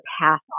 path